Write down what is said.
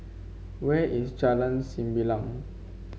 where is Jalan Sembilang